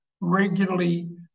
regularly